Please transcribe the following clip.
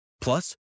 Plus